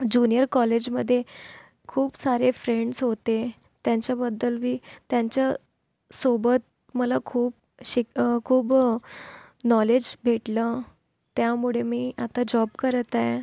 junior कॉलेजमध्ये खूप सारे फ्रेंड्स होते त्यांच्याबद्दल मी त्यांच्यासोबत मला खूप शिक खूप नॉलेज भेटलं त्यामुळे मी आता जॉब करत आहे